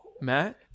Matt